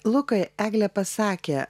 lukai eglė pasakė